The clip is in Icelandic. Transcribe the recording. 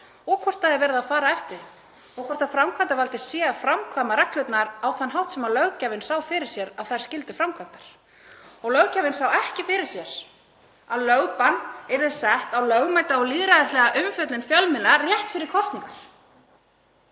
og hvort það sé verið að fara eftir þeim og hvort framkvæmdarvaldið sé að framkvæma reglurnar á þann hátt sem löggjafinn sá fyrir sér að þær skyldu framkvæmdar. Löggjafinn sá ekki fyrir sér að lögbann yrði sett á lýðræðislega umfjöllun fjölmiðla rétt fyrir kosningar.